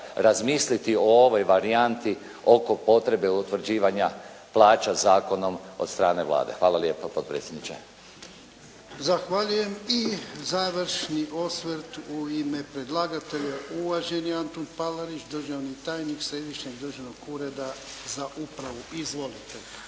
razmisliti o ovoj varijanti oko potrebe utvrđivanja plaća zakonom od strane Vlade. Hvala lijepa potpredsjedniče. **Jarnjak, Ivan (HDZ)** Zahvaljujem. I završni osvrt u ime predlagatelja uvaženi Antun Palarić državni tajnik Središnjeg državnog ureda za upravu. Izvolite.